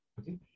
okay